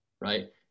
right